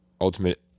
ultimate